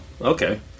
Okay